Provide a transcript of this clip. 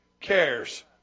cares